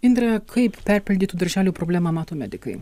indre kaip perpildytų darželių problemą mato medikai